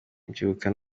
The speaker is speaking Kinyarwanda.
mbyuka